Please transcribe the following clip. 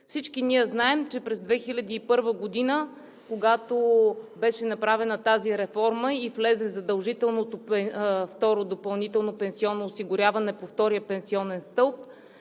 Всички ние знаем, че през 2001 г., когато беше направена тази реформа и влезе задължителното второ допълнително пенсионно осигуряване по втория пенсионен стълб